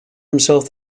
himself